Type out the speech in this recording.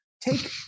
Take